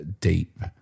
deep